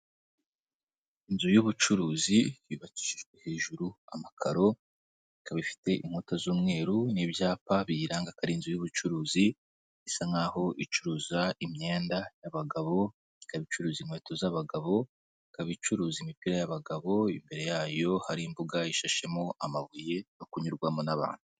Inzu y'ubucuruzi, yubakijwe hejuru amakaro, ikaba ifite inkuta z'umweru n'ibyapa biyiranga aka ari inzu y'ubucuruzi, isa nk icuruza imyenda y'abagabo, ikaba icuruza inkweto z'abagabo, ikaba icuruza imipira y'abagabo, imbere yayo hari imbuga yishashemo amabuye, bakunyurwamo n'abantu.